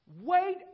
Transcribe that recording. Wait